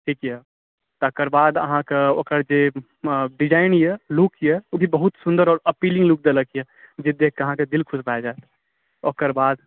ठीक यए तकर बाद अहाँकेँ ओकर जे डिज़ाइन यए लुक यए ओ भी बहुत सुन्दर आओर अथी लुक देलक यए जे देखि कऽ अहाँके दिल खुश भए जायत ओकर बाद